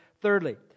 Thirdly